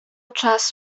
czas